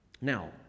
Now